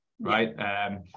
right